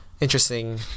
interesting